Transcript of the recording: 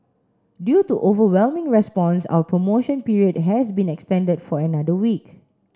due to overwhelming response our promotion period has been extended for another week